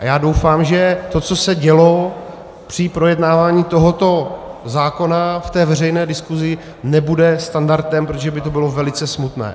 A já doufám, že to, co se dělo při projednávání tohoto zákona v té veřejné diskuzi, nebude standardem, protože by to bylo velice smutné.